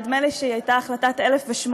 נדמה לי שהיא הייתה החלטת 1008,